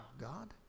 God